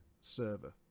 server